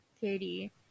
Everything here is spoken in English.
Katie